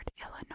Illinois